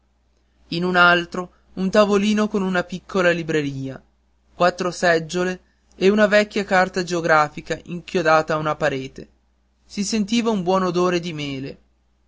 in un altro un tavolino con una piccola libreria quattro seggiole e una vecchia carta geografica inchiodata a una parete si sentiva un buon odore di mele